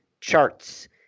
charts